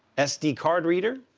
sd card reader,